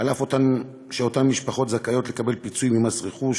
אף שאותן משפחות זכאיות לקבל פיצוי ממס רכוש,